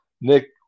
Nick